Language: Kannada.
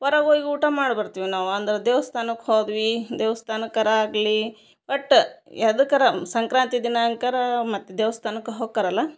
ಹೊರಗ್ ಹೋಗಿ ಊಟ ಮಾಡಿ ಬರ್ತಿವಿ ನಾವಾಂದ್ರ ದೇವಸ್ಥಾನಕ್ ಹೋದ್ವಿ ದೇವಸ್ಥಾನಕರ ಆಗಲಿ ಒಟ್ಟು ಎದಕ್ಕರಾ ಸಂಕ್ರಾಂತಿ ದಿನ ಅಂಕರಾ ಮತ್ತು ದೇವಸ್ಥಾನಕ್ ಹೊಕ್ಕರಲ